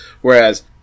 whereas